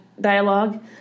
dialogue